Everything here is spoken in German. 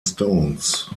stones